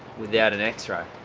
without an x-ray?